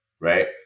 Right